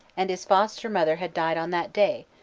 and his foster-mother had died on that day,